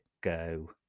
go